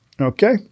Okay